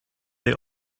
they